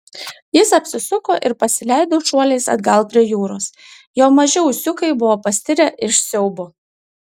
jis apsisuko ir pasileido šuoliais atgal prie jūros jo maži ūsiukai buvo pastirę iš siaubo